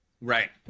Right